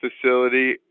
facility